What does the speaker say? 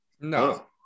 No